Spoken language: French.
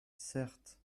certes